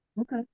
Okay